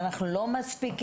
ואנחנו לא מספיקים.